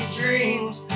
dreams